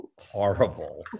horrible